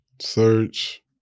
Search